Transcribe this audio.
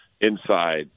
inside